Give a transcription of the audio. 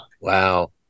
Wow